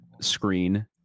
screen –